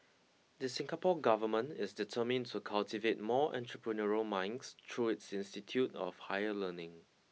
the Singapore government is determined to cultivate more entrepreneurial minds through its institute of higher learning